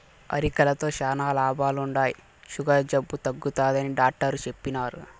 అరికెలతో శానా లాభాలుండాయి, సుగర్ జబ్బు తగ్గుతాదని డాట్టరు చెప్పిన్నారు